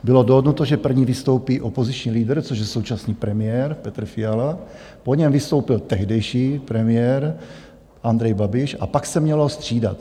Bylo dohodnuto, že první vystoupí opoziční lídr, což je současný premiér Petr Fiala, po něm vystoupil tehdejší premiér Andrej Babiš a pak se mělo střídat.